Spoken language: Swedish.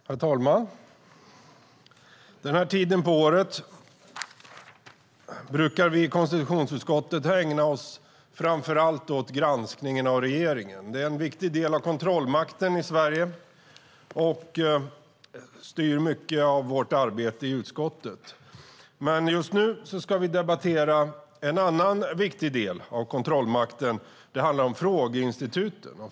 Herr talman! Den här tiden på året brukar vi i konstitutionsutskottet ägna oss framför allt åt granskningen av regeringen. Det är en viktig del av kontrollmakten i Sverige, och den styr mycket av vårt arbete i utskottet. Men just nu ska vi debattera en annan viktig del av kontrollmakten, nämligen frågeinstituten.